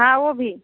हाँ वो भी